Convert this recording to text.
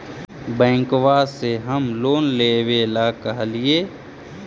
बैंकवा से हम लोन लेवेल कहलिऐ?